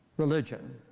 religion,